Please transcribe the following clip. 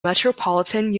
metropolitan